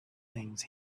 things